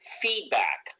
feedback